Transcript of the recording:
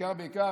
בעיקר בעיקר,